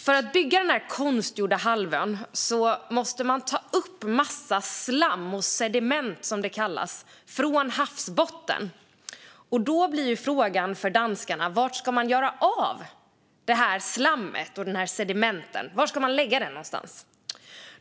För att bygga den måste man ta upp en massa slam och sediment, som det kallas, från havsbotten. Då blir frågan för danskarna vart man ska göra av det här slammet och sedimentet. Var ska man lägga det?